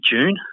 June